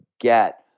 get